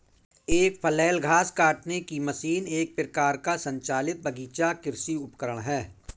एक फ्लैल घास काटने की मशीन एक प्रकार का संचालित बगीचा कृषि उपकरण है